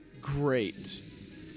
great